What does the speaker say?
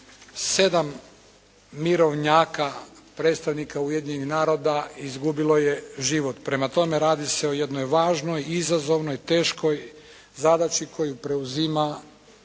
7 mirovnjaka predstavnika Ujedinjenih naroda izgubilo je život. Prema tome, radi se o jednoj važnoj, izazovnoj, teškoj zadaći koju preuzima